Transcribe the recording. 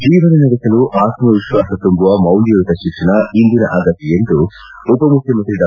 ಜೀವನ ನಡೆಸಲು ಆತ್ಮವಿಶ್ವಾಸ ತುಂಬುವ ಮೌಲ್ಯಯುತ ಶಿಕ್ಷಣ ಇಂದಿನ ಅಗತ್ಯ ಎಂದು ಉಪಮುಖ್ಯಮಂತ್ರಿ ಡಾ